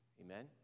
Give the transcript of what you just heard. Amen